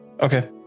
okay